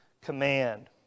command